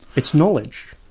it's knowledge.